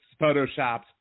photoshopped